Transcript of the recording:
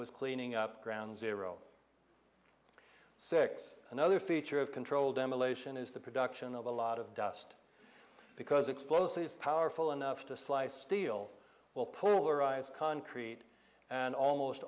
was cleaning up ground zero six another feature of controlled demolition is the production of a lot of dust because explosives powerful enough to slice steel well polarized concrete and almost